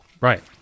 Right